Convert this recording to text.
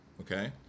okay